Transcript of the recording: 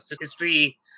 history